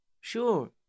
Sure